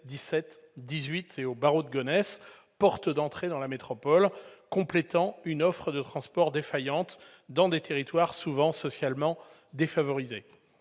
17, 18 et au Barreau de Gonesse, portes d'entrée dans la métropole qui complètent une offre de transports défaillante dans des territoires souvent socialement défavorisés.